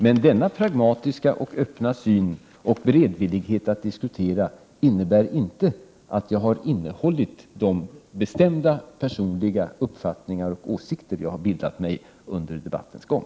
Men denna pragmatiska och öppna syn och beredvillighet att diskutera innebär inte att jag har innehållit de bestämda personliga uppfattningar och åsikter som jag har bildat mig under debattens gång.